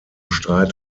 streit